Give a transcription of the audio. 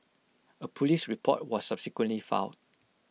A Police report was subsequently filed